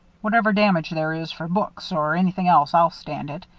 whatever damage there is, for books or anything else, i'll stand it.